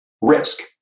risk